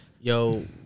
Yo